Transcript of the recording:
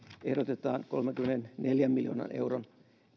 ehdotetaan kolmenkymmenenneljän miljoonan euron